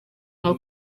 nka